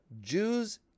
Jews